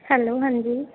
hello ਹਾਂਜੀ